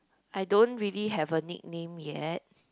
I don't really have a nickname yet